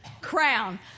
crown